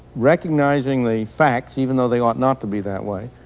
recognizing the facts, even though they ought not to be that way,